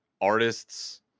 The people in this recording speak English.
artists